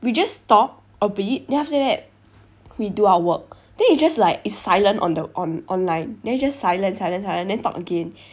we just talk a bit then after that we do our work then it's just like it's silent on the on online then it's just silent silent then talk again